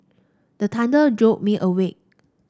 the thunder jolt me awake